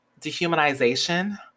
dehumanization